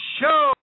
Show